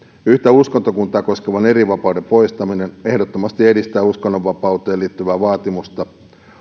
yhtä uskontokuntaa koskevan erivapauden poistaminen ehdottomasti edistää uskonnonvapauteen liittyvää vaatimusta